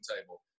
table